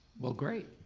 well great,